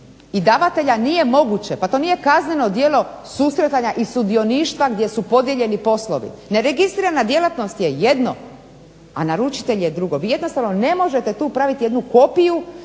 i davatelja nije moguće. Pa to nije kazneno djelo susretanja i sudioništva gdje su podijeljeni poslovi. Neregistrirana djelatnost je jedno, a naručitelj je drugo. Vi jednostavno ne možete tu pravit jednu kopiju